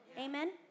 amen